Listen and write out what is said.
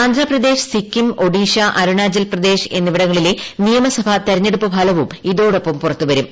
ആന്ധ്രാപ്രദേശ് സിക്കിം ഒഡീഷ അരുണാചൽപ്പ്ദേശ് എന്നിവിടങ്ങളിലെ നിയമസഭാ തെരഞ്ഞെടുപ്പു ഫലവും ് ഇതോടൊപ്പം പുറത്തുവരും